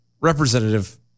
Representative